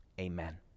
amen